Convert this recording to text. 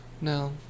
No